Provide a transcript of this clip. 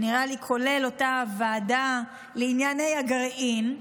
כולל אותה ועדה לענייני הגרעין,